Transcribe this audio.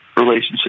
relationship